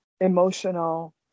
emotional